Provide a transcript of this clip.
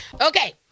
okay